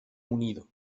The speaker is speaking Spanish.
unido